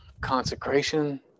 consecration